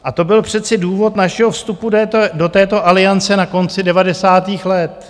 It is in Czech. A to byl přece důvod našeho vstupu do této Aliance na konci devadesátých let.